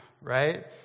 right